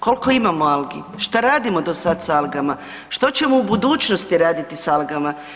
Kolko imamo algi, šta radimo do sad sa algama, što ćemo u budućnosti raditi sa algama?